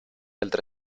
altri